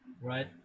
Right